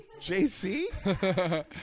Jc